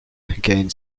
gained